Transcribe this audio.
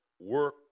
Work